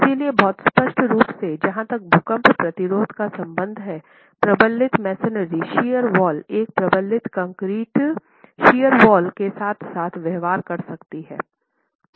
इसलिए बहुत स्पष्ट रूप से जहां तक भूकंप प्रतिरोध का संबंध है प्रबलित मैसनरी शियर वाल एक प्रबलित कंक्रीट शियर वाल के साथ साथ व्यवहार कर सकती है